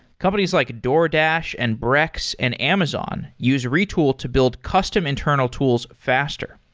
companies like a doordash, and brex, and amazon use retool to build custom internal tools faster.